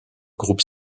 groupe